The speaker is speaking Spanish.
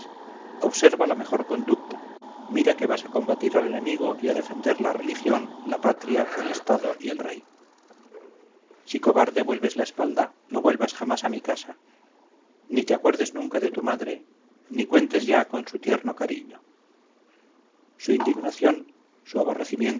observa la mejor conducta mira que vas a combatir al enemigo y a defender la religión la patria el estado y el rey si cobarde vuelves la espalda no vuelvas jamás a mi casa ni te acuerdes nunca de tu madre ni cuentes ya con su tierno cariño su indignación su